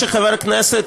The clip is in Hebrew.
חבר הכנסת